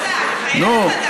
רוצה.